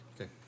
Okay